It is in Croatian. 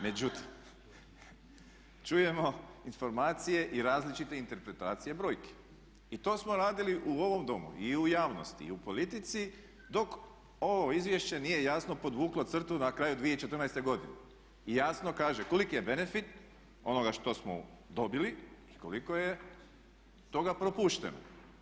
Međutim, čujemo informacije i različite interpretacije brojki i to smo radili i u ovom Domu i u javnosti i u politici dok ovo izvješće nije jasno podvuklo crtu na kraju 2014. godine i jasno kaže koliki je benefit onoga što smo dobili i koliko je toga propušteno.